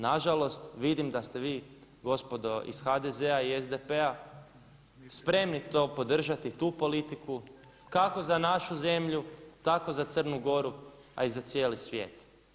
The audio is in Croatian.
Na žalost vidim da ste vi gospodo iz HDZ-a i SDP-a spremni to podržati, tu politiku kako za našu zemlju tako za Crnu Goru, a i za cijeli svijet.